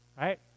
right